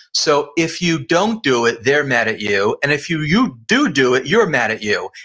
so if you don't do it they're mad at you, and if you you do, do it you're mad at you.